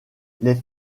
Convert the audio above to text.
les